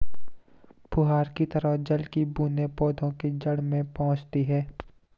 फुहार की तरह जल की बूंदें पौधे के जड़ में पहुंचती है